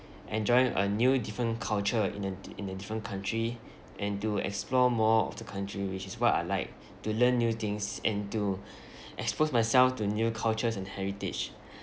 enjoying a new different culture in an in a different country and to explore more of the country which is what I like to learn new things and to expose myself to new cultures and heritage